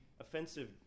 offensive